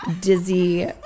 dizzy